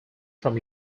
from